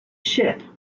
ship